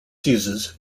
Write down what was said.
uses